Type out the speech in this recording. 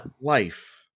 Life